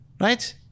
right